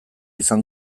izan